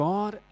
God